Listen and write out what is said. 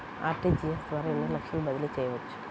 RTGS ద్వారా ఎన్ని లక్షలు బదిలీ చేయవచ్చు?